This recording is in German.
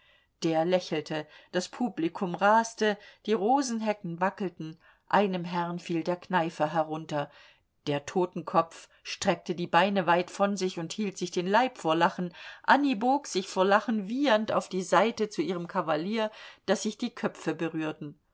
der lächelte das publikum raste die rosenhecken wackelten einem herrn fiel der kneifer herunter der totenkopf streckte die beine weit von sich und hielt sich den leib vor lachen annie bog sich vor lachen wiehernd auf die seite zu ihrem kavalier daß sich die köpfe berührten